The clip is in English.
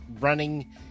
running